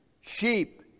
sheep